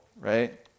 right